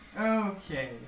Okay